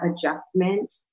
adjustment